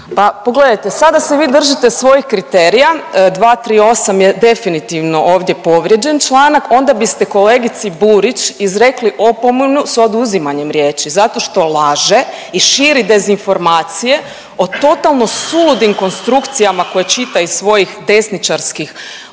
Pa pogledajte, sada se vi držite svojih kriterija 238. je definitivno ovdje povrijeđen članak. Onda biste kolegici Burić izrekli opomenu sa oduzimanjem riječi zato što laže i širi dezinformacije o totalno suludim konstrukcijama koje čita iz svojih desničarskih